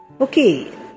Okay